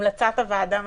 המלצת הוועדה מספיקה?